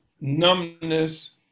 numbness